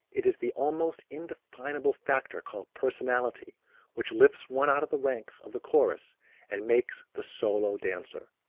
it is the almost indefinable factor called personality which lifts one out of the ranks of the chorus and makes the solo dancer.